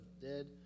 dead